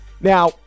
now